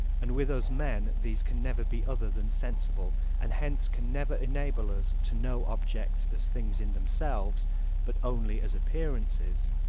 and with us men these can never be other than sensible and hence can never enable us to know objects as things in themselves but only as appearances,